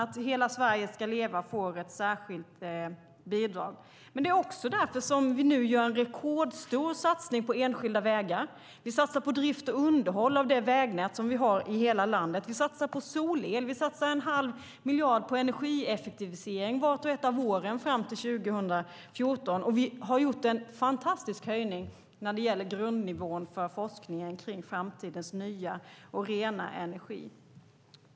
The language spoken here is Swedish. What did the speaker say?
Det är därför Hela Sverige ska leva får ett särskilt bidrag. Det är också därför vi nu gör en rekordstor satsning på enskilda vägar. Vi satsar på drift och underhåll av det vägnät vi har i hela landet. Vi satsar på solel. Vi satsar en halv miljard på energieffektivisering vart och ett av åren fram till 2014. Vi har gjort en fantastisk höjning när det gäller grundnivån för forskningen kring framtidens nya och rena energi.